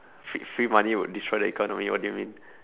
fre~ free money would destroy the economy what do you mean